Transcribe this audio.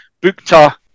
Bukta